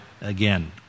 again